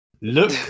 Look